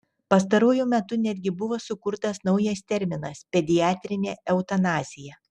pastaruoju metu netgi buvo sukurtas naujas terminas pediatrinė eutanazija